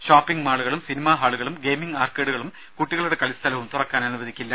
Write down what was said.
shopping മാളുകളിലെ cinema ഹാളുകളും gaming ആർക്കേഡുകളും കുട്ടികളുടെ കളിസ്ഥലവും തുറക്കാനനുവദിക്കില്ല